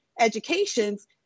educations